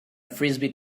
frisbee